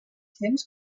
temps